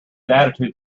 attitude